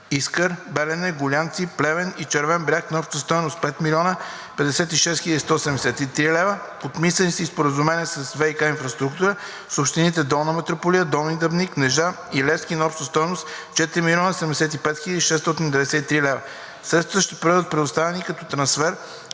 Искър, Белене, Гулянци, Плевен и Червен бряг на обща стойност 5 млн. 56 хил. 173 лв. Подписани са и споразумения за ВиК инфраструктура с общините Долна Митрополия, Долни Дъбник, Кнежа и Левски на обща стойност 4 млн. 75 хил. 693 лв. Средствата ще бъдат предоставени като трансфер